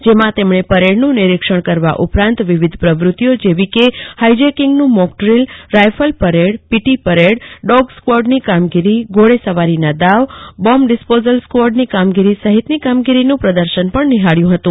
જેમાં તેમણે પરેડનું નરીક્ષીણ કરવા ઉપરાંત વિવિધ પ્રવૃતિઓ જેવી કે hijacking mock drill rifle parade PT parade dog સ્કવોડની કામગીરી ઘોડે સવારીના દાવ બોમ્બ ડિસ્પોઝલ સ્કવોડની કામગીરી સહિતની કામગીરીનું પ્રદર્શન પણ નિહાળ્યું હતું